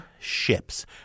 Ships